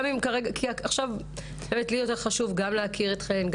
עכשיו לי יותר חשוב גם להכיר אתכן.